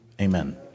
amen